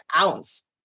ounce